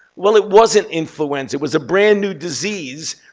well, it wasn't influenza. it was a brand new disease.